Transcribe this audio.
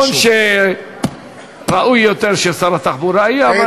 נכון שראוי יותר ששר התחבורה יהיה.